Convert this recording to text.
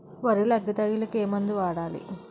వరిలో అగ్గి తెగులకి ఏ మందు వాడాలి?